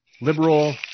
Liberal